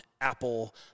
Apple